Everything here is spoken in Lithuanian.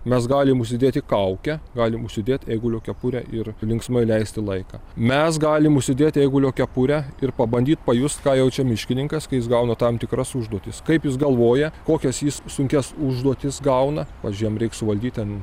mes galim užsidėti kaukę galim užsidėt eigulio kepurę ir linksmai leisti laiką mes galim užsidėti eigulio kepurę ir pabandyt pajusti ką jaučia miškininkas kai jis gauna tam tikras užduotis kaip jis galvoja kokias jis sunkias užduotis gauna pavyzdžiui jam reik suvaldyt ten